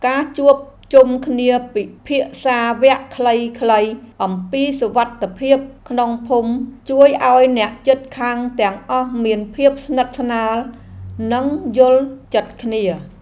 ការជួបជុំគ្នាពិភាក្សាវគ្គខ្លីៗអំពីសុវត្ថិភាពក្នុងភូមិជួយឱ្យអ្នកជិតខាងទាំងអស់មានភាពស្និទ្ធស្នាលនិងយល់ចិត្តគ្នា។